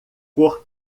cor